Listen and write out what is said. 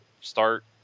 start